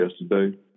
yesterday